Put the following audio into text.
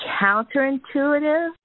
counterintuitive